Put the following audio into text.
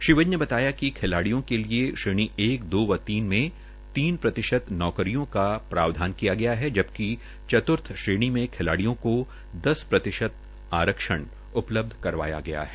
श्री विज ने बताया कि खिलाड़ियों के लिए श्रेणी एक दो व तीन में तीन प्रतिशत नौकरियों का प्रावधान किया गया है जबकि चत्र्थ श्रेणी में खिलाड़ियों को दस प्रतिशत आरक्षण् उपलब्ध करवाया गया है